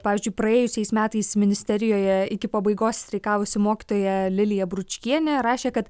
pavyzdžiui praėjusiais metais ministerijoje iki pabaigos streikavusi mokytoja lilija bručkienė rašė kad